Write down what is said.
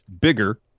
bigger